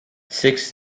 six